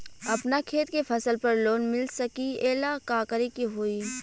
अपना खेत के फसल पर लोन मिल सकीएला का करे के होई?